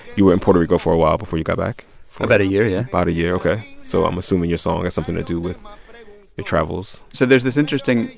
you were in puerto rico for a while before you got back about a year, yeah about a year. ok. so i'm assuming your song has something to do with your travels so there's this interesting,